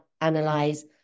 analyze